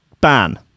ban